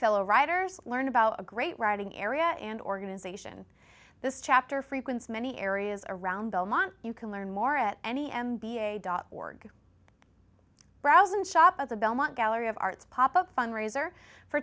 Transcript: fellow riders learn about a great writing area and organization this chapter frequents many areas around belmont you can learn more at any m b a dot org browse and shop at the belmont gallery of art's pop up fundraiser for